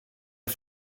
der